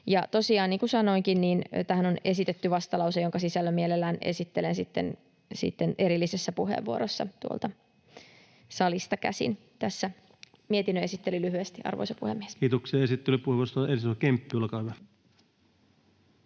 Tosiaan, niin kuin sanoinkin, tähän on esitetty vastalause, jonka sisällön mielelläni esittelen sitten erillisessä puheenvuorossa tuolta salista käsin. — Tässä mietinnön esittely lyhyesti, arvoisa puhemies. Kiitoksia esittelypuheenvuorosta. — Edustaja Kemppi, olkaa hyvä.